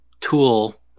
tool